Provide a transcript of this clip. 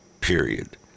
period